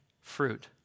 fruit